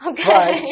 Okay